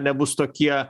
nebus tokie